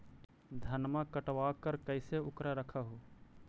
धनमा कटबाकार कैसे उकरा रख हू?